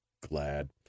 glad